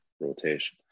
rotation